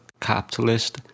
capitalist